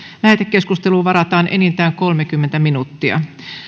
lähetekeskusteluun varataan enintään kolmekymmentä minuuttia